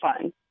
fun